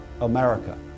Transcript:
America